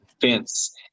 fence